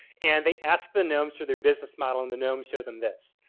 and they ask the gnomes for their business model and the gnomes show them this.